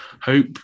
hope